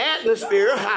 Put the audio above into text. atmosphere